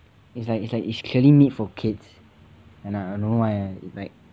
it's like it's like clearly made for kids and I don't know why I like